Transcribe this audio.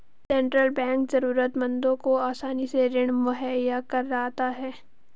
central bank जरूरतमंदों को आसानी से ऋण मुहैय्या कराता है